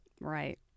Right